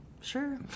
sure